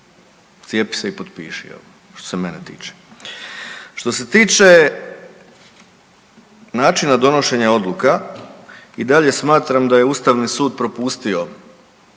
Cijepi se i potpiši, jel' što se mene tiče. Što se tiče načina donošenja odluka i dalje smatram da je Ustavni sud propustio